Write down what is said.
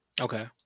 Okay